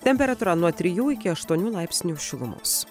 temperatūra nuo trijų iki aštuonių laipsnių šilumos